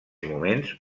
moments